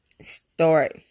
Start